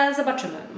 zobaczymy